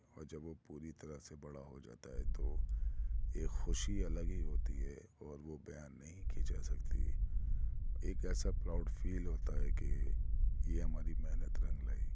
اور جب وہ پوری طرح سے بڑا پوجاتا ہے تو ایک خوشی الگ ہی ہوتی ہے اور وہ بیان نہیں کی جا سکتی ایک ایسا پراؤڈ فیل ہوتا ہے کہ یہ ہماری محنت رنگ لائی